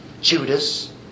Judas